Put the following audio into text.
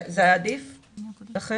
זה היה עדיף לכם?